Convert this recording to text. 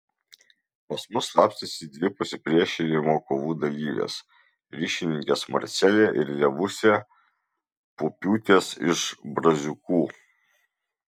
pas mus slapstėsi dvi pasipriešinimo kovų dalyvės ryšininkės marcelė ir levusė pupiūtės iš braziūkų